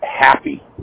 happy